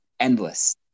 endless